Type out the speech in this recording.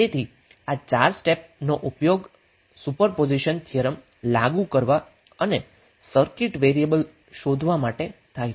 તેથી આ 4 સ્ટેપનો ઉપયોગ સુપરપોઝિશન થિયરમ લાગુ કરવા અને સર્કિટ વેરિએબલ શોધવા માટે થાય છે